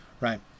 right